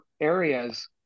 areas